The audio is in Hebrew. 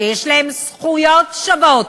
שיש להם זכויות שוות,